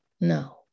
No